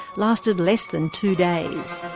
lasted less than two days.